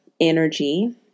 energy